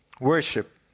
worship